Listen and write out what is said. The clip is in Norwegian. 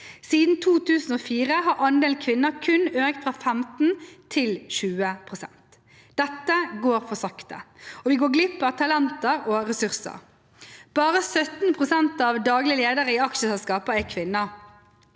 Siden 2004 har andelen kvinner kun økt fra 15 til 20 pst. Dette går for sakte, og vi går glipp av talenter og ressurser. Bare 17 pst. av daglige ledere i aksjeselskaper er kvinner.